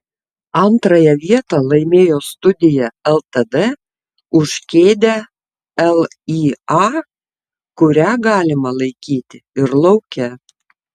antrąją vietą laimėjo studija ltd už kėdę lya kurią galima laikyti ir lauke